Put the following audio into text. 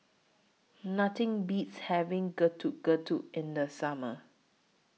Nothing Beats having Getuk Getuk in The Summer